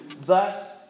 thus